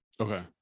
Okay